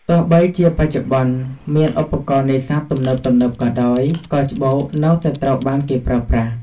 ទោះបីជាបច្ចុប្បន្នមានឧបករណ៍នេសាទទំនើបៗក៏ដោយ ក៏ច្បូកនៅតែត្រូវបានគេប្រើប្រាស់។